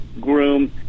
groom